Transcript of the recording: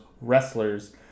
wrestlers